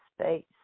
space